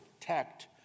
protect